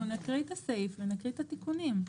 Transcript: אנחנו נקריא את הסעיף ונקריא את התיקונים.